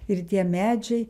ir tie medžiai